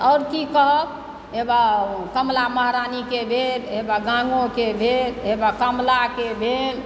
आओर की कहब हे बाउ कमला महारानीके भेल हे बाउ गङ्गोके भेल हे बाउ कमलाके भेल